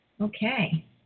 Okay